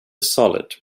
solid